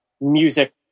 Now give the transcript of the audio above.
music